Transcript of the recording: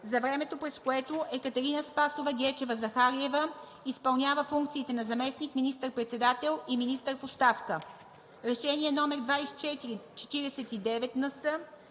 за времето, през което Екатерина Спасова Гечева-Захариева изпълнява функциите на заместник министър-председател и министър в оставка.“ Решение № 2449-НС,